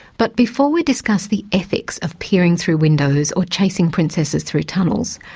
but before we discuss the ethics of peering through windows or chasing princesses through tunnels,